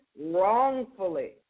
wrongfully